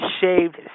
shaved